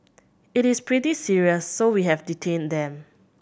it is pretty serious so we have detained them